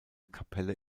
kapelle